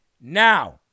Now